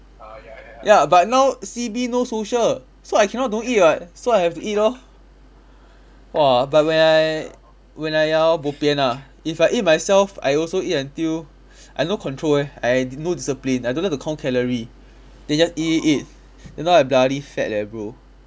ya but now C_B no social so I cannot don't eat [what] so I have to eat lor !wah! but when I when I hor bo pian ah if I eat myself I also eat until I no control eh I di~ no discipline I don't like to count calorie then just eat eat eat then now I'm bloody fat leh bro